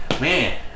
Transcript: man